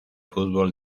fútbol